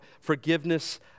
forgiveness